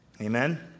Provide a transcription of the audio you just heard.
Amen